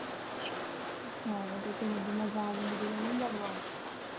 ꯑꯥ ꯑꯗꯣ ꯀꯩꯅꯣꯗꯤ ꯃꯖꯥꯒꯨꯝꯕꯗꯤ ꯂꯧꯅꯤꯡꯗꯕ꯭ꯔꯣ